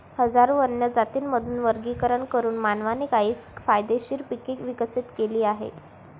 हजारो वन्य जातींमधून वर्गीकरण करून मानवाने काही फायदेशीर पिके विकसित केली आहेत